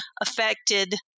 affected